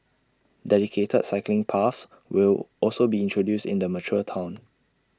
dedicated cycling paths will also be introduced in the mature Town